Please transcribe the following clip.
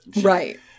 right